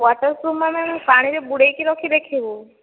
water ସୋ ମାନେ ପାଣିରେ ବୁଡ଼ାଇକି ରଖି ଦେଖିବୁ